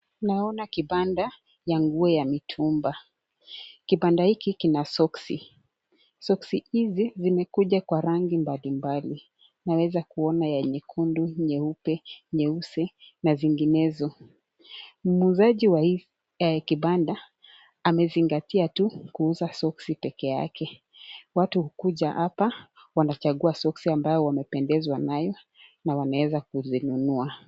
Tunaona kibanda ya nguo ya mitumba. Kibanda hiki kina soksi. Soksi hizi zimekuja kwa rangi mbali mbali. Tunaweza kuona ya nyekundu, nyeupe, nyeusi na zinginezo. Muuzaji huyu amezingatia tu kuuza soksi peke yake. Watu hukuja hapa wanachagua soksi ambayo wamependezwa nayo na wanaweza kuzinunua.